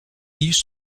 used